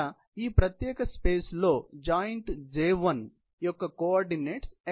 ఇక్కడ ఈ ప్రత్యేక స్పేస్ లో జాయింట్ J1 యొక్క కోఆర్డినెట్స్ x1y1 గా తీసుకొందాము